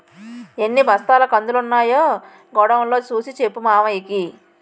ఎన్ని బస్తాల కందులున్నాయో గొడౌన్ లో సూసి సెప్పు మావయ్యకి